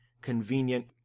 convenient